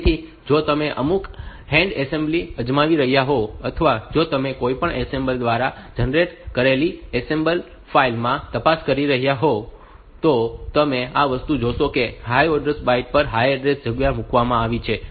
તેથી જો તમે અમુક હેન્ડ એસેમ્બલી અજમાવી રહ્યા હોવ અથવા જો તમે કોઈપણ એસેમ્બલર દ્વારા જનરેટ કરેલી એસેમ્બલ ફાઇલ માં તપાસ કરી રહ્યાં હોવ તો તમે આ વસ્તુઓ જોશો કે higher order byte higher order address જગ્યામાં મૂકવામાં આવી છે